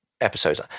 episodes